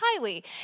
Kylie